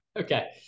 Okay